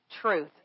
truth